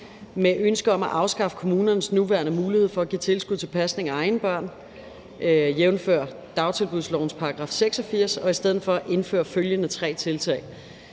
folketingsår om at afskaffe kommunernes nuværende mulighed for at give et tilskud til pasning af egne børn, jævnfør dagtilbudslovens § 86, og i stedet for indføre følgende tre tiltag: